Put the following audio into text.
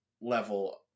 level